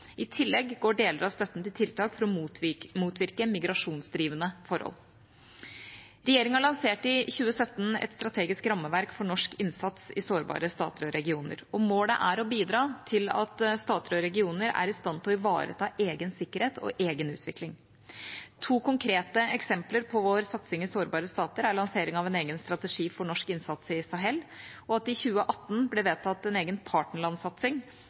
I tillegg går deler av støtten til å motvirke migrasjonsdrivende forhold. Regjeringa lanserte i 2017 et strategisk rammeverk for norsk innsats i sårbare stater og regioner, og målet er å bidra til at stater og regioner er i stand til å ivareta egen sikkerhet og egen utvikling. To konkrete eksempler på vår satsing i sårbare stater er lanseringen av en egen strategi for norsk innsats i Sahel, og at det i 2018 ble vedtatt en egen